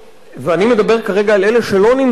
ואני מדבר כרגע על אלה שלא נמצאים,